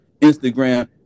Instagram